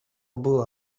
было